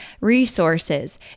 resources